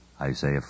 Isaiah